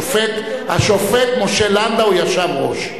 השופט משה לנדוי ישב בראש.